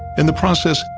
in the process,